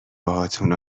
باهاتون